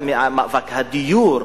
מאבק הדיור,